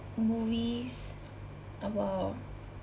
movies about